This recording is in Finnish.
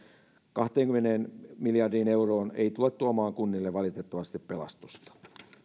kahteenkymmeneen miljardiin euroon ei tule tuomaan kunnille valitettavasti pelastusta